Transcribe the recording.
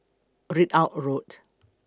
Ridout Road